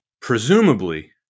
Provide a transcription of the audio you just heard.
Presumably